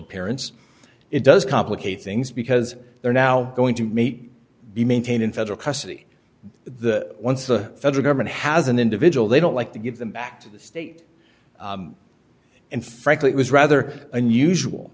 appearance it does complicate things because they're now going to meet be maintained in federal custody the once the federal government has an individual they don't like to give them back to the state and frankly it was rather unusual